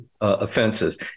offenses